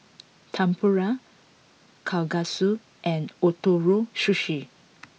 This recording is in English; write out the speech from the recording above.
Tempura Kalguksu and Ootoro Sushi